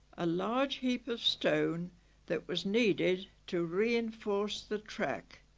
a large heap of stone that was needed to reinforce the track